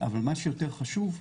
אבל מה שיותר חשוב,